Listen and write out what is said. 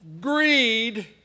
Greed